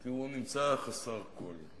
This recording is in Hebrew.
כי הוא נמצא חסר כול.